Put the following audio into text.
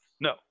No